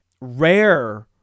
Rare